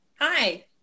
hi